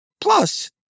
Plus